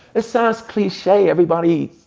it sounds cliche, everybody.